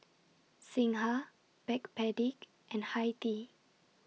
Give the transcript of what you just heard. Singha Backpedic and Hi Tea